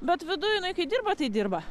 bet viduj jinai kai dirba tai dirba